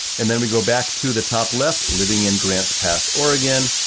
and then we go back to the top left, living in grants pass oregon,